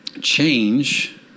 change